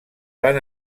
van